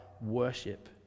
worship